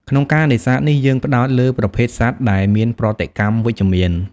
ក្នុងការនេសាទនេះ យើងផ្តោតលើប្រភេទសត្វដែលមានប្រតិកម្មវិជ្ជមាន។